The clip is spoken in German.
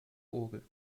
orgel